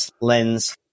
Lens